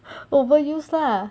overuse lah